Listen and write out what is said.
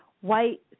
white